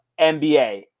NBA